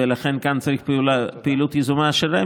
ולכן כאן צריך פעילות יזומה של רמ"י,